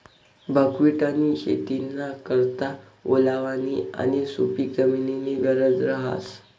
बकव्हिटनी शेतीना करता ओलावानी आणि सुपिक जमीननी गरज रहास